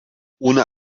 ohne